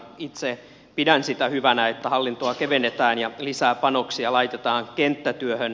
itse pidän sitä hyvänä että hallintoa kevennetään ja lisää panoksia laitetaan kenttätyöhön